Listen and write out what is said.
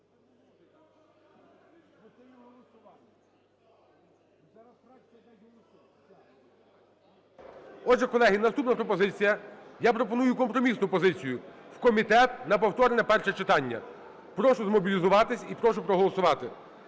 Отже, колеги, наступна пропозиція. Я пропоную компромісну позицію – в комітет на повторне перше читання. Прошу змобілізуватись і прошу проголосувати.